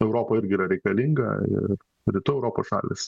europa irgi yra reikalinga ir rytų europos šalys